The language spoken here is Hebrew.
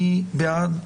מי בעד?